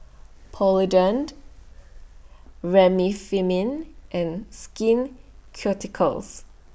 Polident Remifemin and Skin Ceuticals